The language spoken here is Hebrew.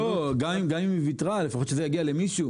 גם אם היא ויתרה, לפחות שזה יגיע למישהו.